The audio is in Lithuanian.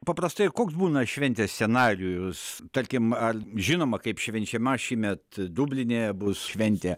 paprastai koks būna šventės scenarijus tarkim ar žinoma kaip švenčiama šįmet dubline bus šventė